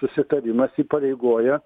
susitarimas įpareigoja